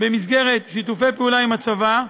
במסגרת שיתופי פעולה עם הצבא,